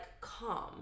calm